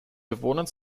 bewohnern